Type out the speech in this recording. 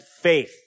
faith